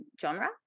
genre